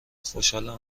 خوشحالم